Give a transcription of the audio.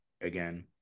again